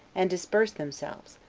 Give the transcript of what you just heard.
and dispersed themselves,